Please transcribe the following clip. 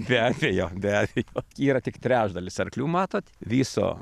be abejo be abejo yra tik trečdalis arklių matot viso